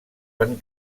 van